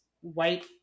white